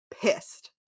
pissed